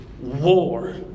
war